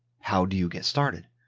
how do you get started